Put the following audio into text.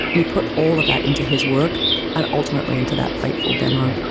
and he put all of that into his work and ultimately into that fateful demo.